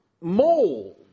mold